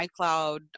icloud